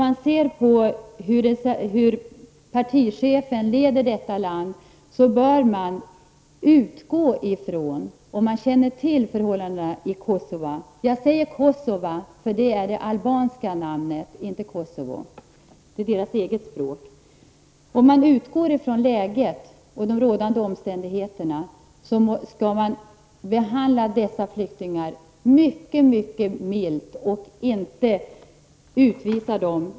Men när man ser hur partichefen leder detta land och om man känner till förhållandena i Kosova, bör man utgå från de rådande omständigheterna där och behandla dessa flyktingar mycket milt och inte utvisa dem.